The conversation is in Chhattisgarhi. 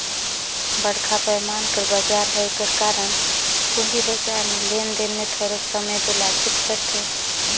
बड़खा पैमान कर बजार होए कर कारन पूंजी बजार में लेन देन में थारोक समे दो लागबेच करथे